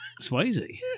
Swayze